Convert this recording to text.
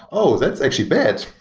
oh, that's actually bad.